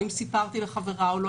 האם סיפרתי לחברה או לא,